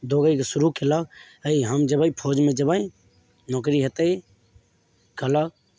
दौड़यके शुरू कयलक अइ हम जेबय फौजमे जेबय नौकरी हेतय कहलक